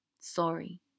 Sorry